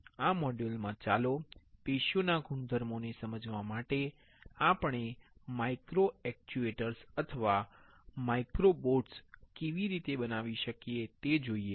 આ મોડ્યૂલ માં ચાલો પેશીઓના ગુણધર્મોને સમજવા માટે આપણે માઇક્રો એક્ટ્યુએટર્સ અથવા માઇક્રોરોબોટસ કેવી રીતે બનાવી શકીએ તે જોઈએ